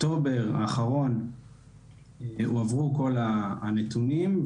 באוקטובר האחרון הועברו כל הנתונים,